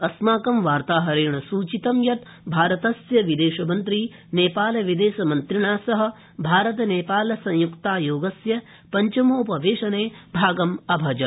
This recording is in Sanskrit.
अस्माकं वार्ताहरेण सूचितं यत् भारतस्य विदेशमन्त्री नेपालविदेशमिन्त्रिणा सह भारतनेपाल संय्क्तायोगस्य पञ्चमोपवेशने भागम् अभजत्